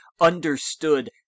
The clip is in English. understood